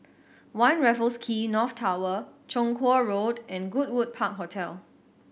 One Raffles Quay North Tower Chong Kuo Road and Goodwood Park Hotel